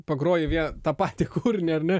pagroji vie tą patį kūrinį ar ne